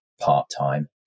part-time